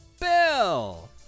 Bill